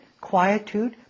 quietude